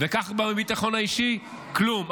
וכך גם בביטחון האישי, כלום.